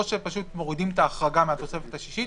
או שפשוט מורידים את ההחרגה מהתוספת השישית,